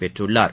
பெற்றுள்ளார்